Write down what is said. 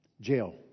jail